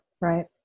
Right